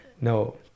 no